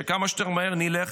שכמה שיותר מהר נלך